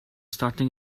starting